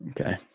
okay